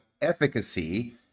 efficacy